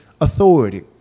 authority